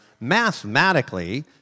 mathematically